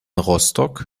rostock